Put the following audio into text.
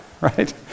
right